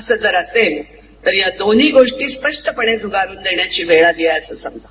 असं जर असेल या दोन्ही गोष्टी स्पष्टपणे झुगारुन देण्याची वेळ आली आहे असं समजा